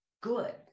good